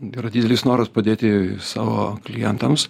yra didelis noras padėti savo klientams